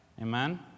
Amen